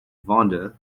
vonda